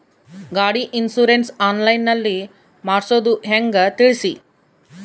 ಗಾಡಿ insurance online ನಲ್ಲಿ ಮಾಡ್ಸೋದು ಹೆಂಗ ತಿಳಿಸಿ?